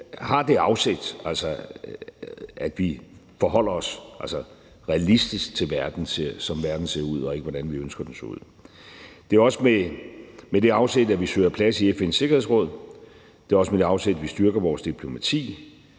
har det afsæt, at vi forholder os realistisk til verden, sådan som verden ser ud, og ikke til, hvordan vi ønsker at den så ud. Det er også med det afsæt, at vi søger en plads i FN's Sikkerhedsråd. Det er også med det afsæt, at vi styrker vores diplomati,